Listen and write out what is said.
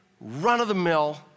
run-of-the-mill